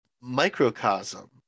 microcosm